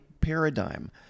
paradigm